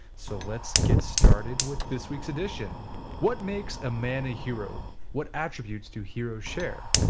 so let's get started with this week's edition what makes a man a hero? what attributes do heroes share?